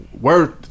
worth